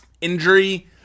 injury